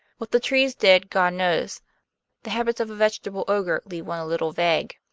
what the trees did god knows the habits of a vegetable ogre leave one a little vague.